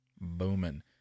Booming